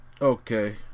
Okay